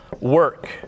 work